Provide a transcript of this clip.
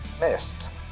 Missed